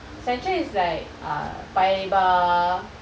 central is like uh paya lebar